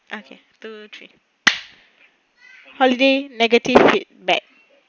okay two three holiday negative feedback